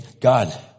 God